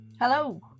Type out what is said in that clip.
Hello